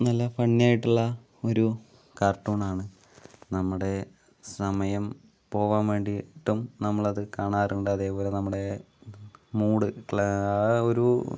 നല്ല ഫണ്ണിയായിട്ടുള്ള ഒരു കാർട്ടൂണാണ് നമ്മുടെ സമയം പോകാൻ വേണ്ടിയിട്ടും നമ്മളത് കാണാറുണ്ട് അതേപോലെ നമ്മുടെ മൂഡ് ആ ഒരു